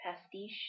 pastiche